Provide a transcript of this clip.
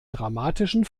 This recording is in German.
dramatischen